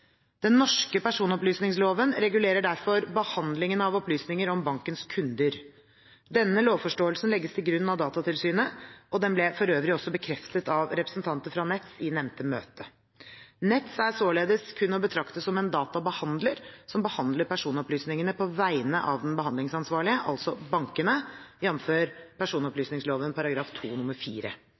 Den norske personopplysningsloven regulerer derfor behandlingen av opplysninger om bankens kunder. Denne lovforståelsen legges til grunn av Datatilsynet, og den ble for øvrig også bekreftet av representanter fra Nets i nevnte møte. Nets er således kun å betrakte som en databehandler, som behandler personopplysningene på vegne av den behandlingsansvarlige, altså bankene,